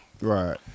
Right